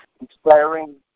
inspiring